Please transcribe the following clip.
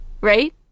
Right